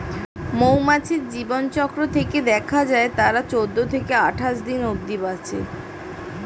মৌমাছির জীবনচক্র থেকে দেখা যায় তারা চৌদ্দ থেকে আটাশ দিন অব্ধি বাঁচে